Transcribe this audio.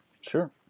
Sure